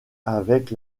avec